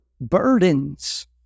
burdens